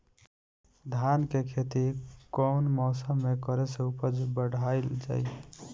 धान के खेती कौन मौसम में करे से उपज बढ़ाईल जाई?